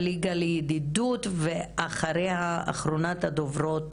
"הליגה לידידות" ואחריה אחרונת הדוברות,